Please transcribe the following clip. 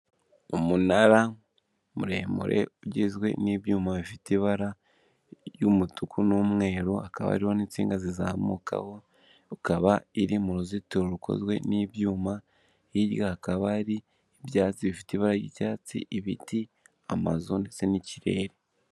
Umunara muremure ugizwe n'ibyuma bifite ibara ry'umutuku n'umweru, hakaba hariho n'insinga zizamukaho, ukaba iri mu ruzitiro rukozwe n'ibyuma, hirya hakaba hari ibyatsi bifite ibara ry'icyatsi, ibiti, amazu ndetse n'ikirere.